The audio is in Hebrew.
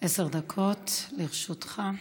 עשר דקות לרשותך.